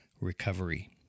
recovery